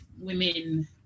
women